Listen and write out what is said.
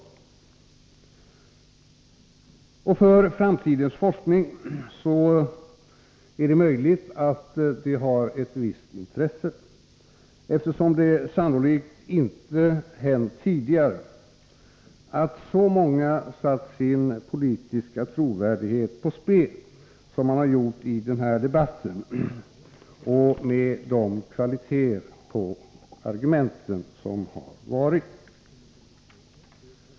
Det är möjligt att de har ett visst intresse för framtidens forskning, eftersom det sannolikt inte har hänt tidigare att så många satt sin politiska trovärdighet på spel genom att ha en sådan kvalitet på argumentet som visats prov på här.